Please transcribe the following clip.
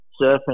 Surfing